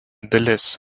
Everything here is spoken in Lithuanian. dalis